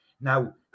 Now